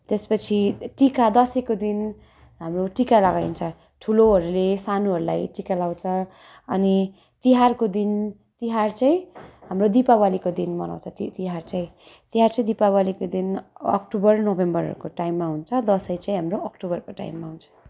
त्यसपछि टिका दसैँको दिन हाम्रो टिका लगाइन्छ ठुलोहरूले सानोहरूलाई टिका लाउँछ अनि तिहारको दिन तिहार चाहिँ हाम्रो दिपावलीको दिन मनाउँछ ति तिहार चाहिँ तिहार चाहिँ दिपावलीको दिन अक्टोबर नोभेम्बरको टाइममा हुन्छ दसैँ छिया हाम्रो अक्टोबरको टाइममा हुन्छ